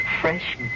fresh